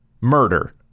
Murder